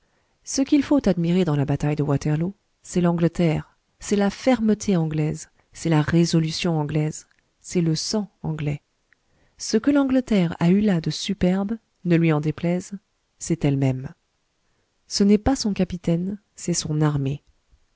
ce qu'il faut admirer dans la bataille de waterloo c'est l'angleterre c'est la fermeté anglaise c'est la résolution anglaise c'est le sang anglais ce que l'angleterre a eu là de superbe ne lui en déplaise c'est elle-même ce n'est pas son capitaine c'est son armée